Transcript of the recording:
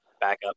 Backup